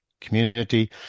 community